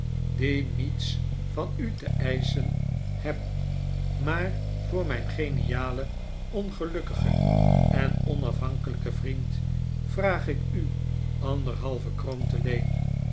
die niets van u te eischen heb maar voor mijn genialen ongelukkigen en onafhankelijken vriend vraag ik u anderhalve kroon te leen